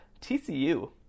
TCU